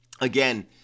Again